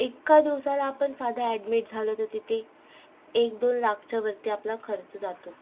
एका दिवसाला आपण साधं ॲडमिट झालो तर तिथे एकदोन लाखच्या वरती आपला खर्च जातो